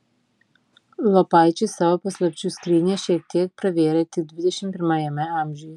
lopaičiai savo paslapčių skrynią šiek tiek pravėrė tik dvidešimt pirmajame amžiuje